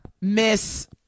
miss